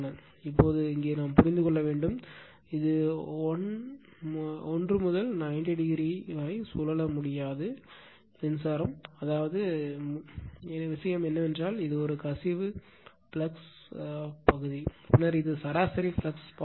எனவே இப்போது இங்கே புரிந்து கொள்ள வேண்டும் இந்த 1 முதல் 90o ஐ சுழல முடியாது முதல் விஷயம் என்னவென்றால் இது கசிவு ஃப்ளக்ஸ் பகுதி பின்னர் இது சராசரி ஃப்ளக்ஸ் பாதை